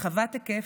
רחבת היקף,